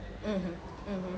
mmhmm mmhmm